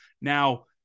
Now